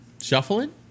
shuffling